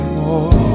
more